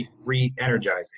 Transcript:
re-energizing